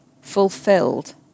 fulfilled